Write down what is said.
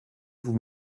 vous